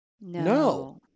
no